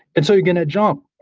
and so you're going to jump.